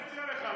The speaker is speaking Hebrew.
מציע לך.